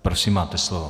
Prosím, máte slovo.